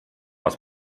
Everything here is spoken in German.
was